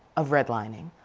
of red lining,